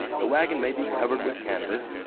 the waggon may be covered with canvass,